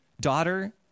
Daughter